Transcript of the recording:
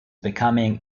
becoming